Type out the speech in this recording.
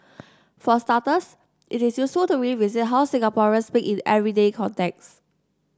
for starters it is useful to revisit how Singaporeans speak in everyday contexts